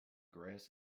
grass